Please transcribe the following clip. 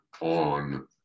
on